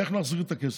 איך נחזיר את הכסף?